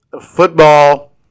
football